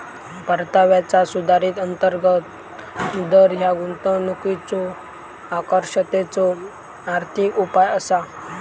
परताव्याचा सुधारित अंतर्गत दर ह्या गुंतवणुकीच्यो आकर्षकतेचो आर्थिक उपाय असा